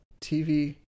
TV